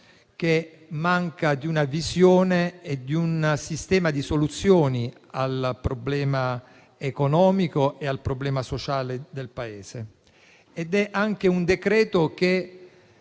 che manca di una visione e di un sistema di soluzioni al problema economico e al problema sociale del Paese. Si tratta inoltre di